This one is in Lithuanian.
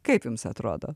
kaip jums atrodo